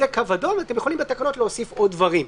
זה קו אדום ואתם יכולים בתקנות להוסיף עוד דברים.